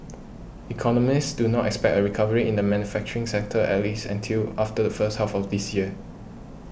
economists do not expect a recovery in the manufacturing sector at least until after the first half of this year